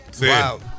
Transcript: Wow